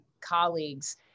colleagues